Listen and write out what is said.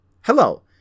Hello